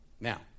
Now